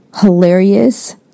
hilarious